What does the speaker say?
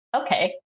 okay